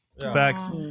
Facts